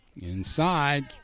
Inside